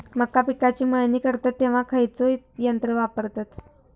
मका पिकाची मळणी करतत तेव्हा खैयचो यंत्र वापरतत?